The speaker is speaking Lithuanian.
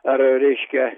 ar reiškia